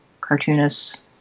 cartoonists